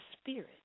spirit